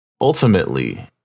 ultimately